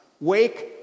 Wake